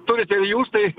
turite ir jūs tai